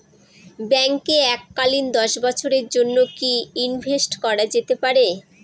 ব্যাঙ্কে এককালীন দশ বছরের জন্য কি ইনভেস্ট করা যেতে পারে?